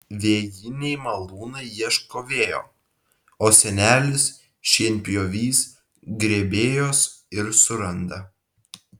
vėjiniai malūnai ieško vėjo o senelis šienpjovys grėbėjos ir suranda